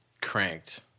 cranked